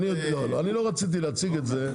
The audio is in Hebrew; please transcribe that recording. אני לא רציתי להציג את זה.